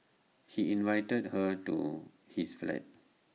he invited her to his flat